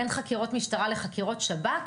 בין חקירות משטרה לחקירות שב"כ,